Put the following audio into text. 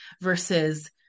versus